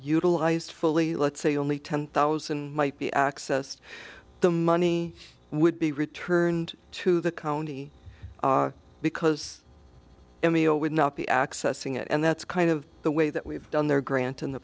utilized fully let's say only ten thousand might be accessed the money would be returned to the county because emea would not be accessing it and that's kind of the way that we've done their grant in the